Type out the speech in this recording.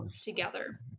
together